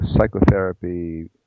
psychotherapy